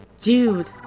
Dude